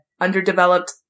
underdeveloped